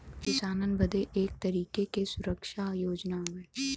किसानन बदे एक तरीके के सुरक्षा योजना हउवे